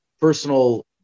personal